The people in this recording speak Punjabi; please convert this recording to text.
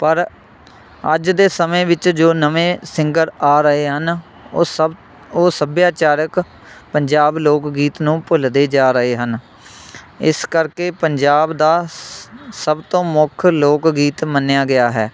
ਪਰ ਅੱਜ ਦੇ ਸਮੇਂ ਵਿੱਚ ਜੋ ਨਵੇਂ ਸਿੰਗਰ ਆ ਰਹੇ ਹਨ ਉਹ ਸਭ ਉਹ ਸੱਭਿਆਚਾਰਿਕ ਪੰਜਾਬ ਲੋਕ ਗੀਤ ਨੂੰ ਭੁੱਲਦੇ ਜਾ ਰਹੇ ਹਨ ਇਸ ਕਰਕੇ ਪੰਜਾਬ ਦਾ ਸ ਸਭ ਤੋਂ ਮੁੱਖ ਲੋਕ ਗੀਤ ਮੰਨਿਆ ਗਿਆ ਹੈ